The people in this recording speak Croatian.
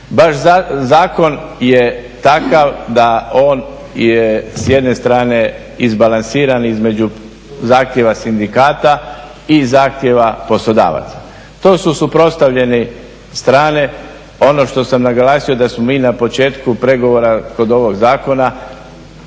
Baš zakon je takav da je on s jedne strane izbalansiran između zahtjeva sindikata i zahtjeva poslodavaca. To su suprotstavljene strane, ono što sam naglasio da smo mi na početku pregovora kod ovog zakona